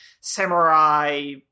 samurai